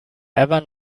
ever